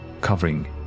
covering